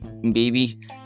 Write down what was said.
Baby